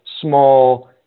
small